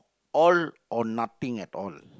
all or nothing at all